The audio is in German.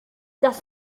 das